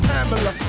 Pamela